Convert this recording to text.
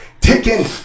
ticking